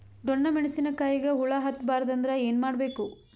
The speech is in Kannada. ಡೊಣ್ಣ ಮೆಣಸಿನ ಕಾಯಿಗ ಹುಳ ಹತ್ತ ಬಾರದು ಅಂದರ ಏನ ಮಾಡಬೇಕು?